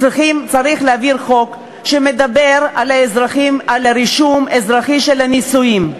צריך להעביר חוק שמדבר על רישום אזרחי של נישואים.